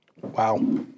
Wow